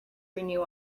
renew